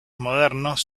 modernos